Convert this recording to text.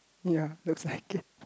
yea exactly